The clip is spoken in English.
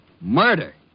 Murder